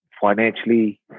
financially